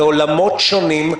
מעולמות שונים,